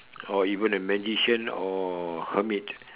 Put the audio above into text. or even a magician or hermit